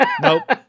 Nope